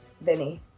vinny